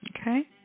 okay